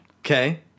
Okay